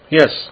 yes